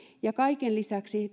ja kaiken lisäksi